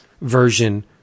version